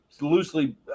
loosely